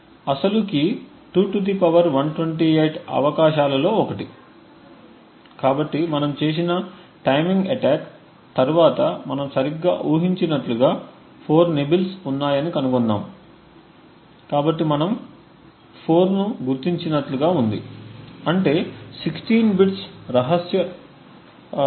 అసలు కీ 2128 అవకాశాలలో ఒకటి కాబట్టి మనము చేసిన టైమింగ్ అటాక్ తరువాత మనం సరిగ్గా ఊహించినట్లుగా 4 నిబ్బెల్స్ఉన్నాయని కనుగొన్నాము కాబట్టి మనము 4 ను గుర్తించినట్లుగా ఉంది అంటే 16 బిట్స్ రహస్య కీ